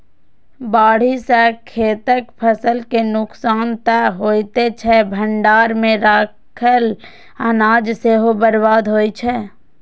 बाढ़ि सं खेतक फसल के नुकसान तं होइते छै, भंडार मे राखल अनाज सेहो बर्बाद होइ छै